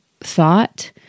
thought